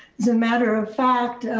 as a matter of fact,